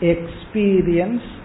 Experience